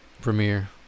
Premiere